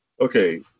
okay